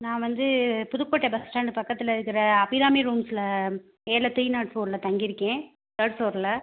நான் வந்து Pudukkottai bus stand பக்கத்தில் இருக்கிற அபிராமி ரூம்ஸ்சில் மேலே த்ரீ நாட் ஃபோரில் தங்கியிருக்கேன் தேர்ட் ஃப்ளோரில்